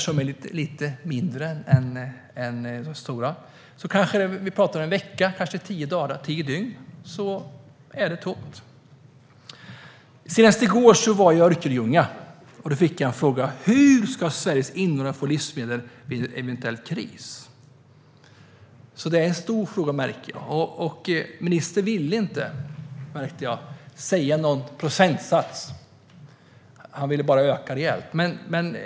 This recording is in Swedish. I lite mindre städer kanske det handlar om en vecka eller tio dagar innan det är tomt. Senast i går var jag i Örkelljunga. Då fick jag en fråga: Hur ska Sveriges invånare få livsmedel vid en eventuell kris? Detta är en stor fråga, märker jag. Ministern ville inte säga någon procentsats. Han ville bara öka rejält.